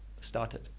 started